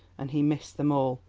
and he missed them all,